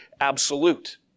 absolute